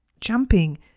Jumping